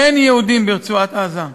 אין יהודים ברצועת-עזה.